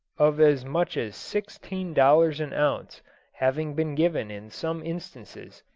of as much as sixteen dollars an ounce having been given in some instances,